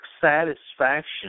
satisfaction